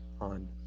on